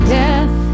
death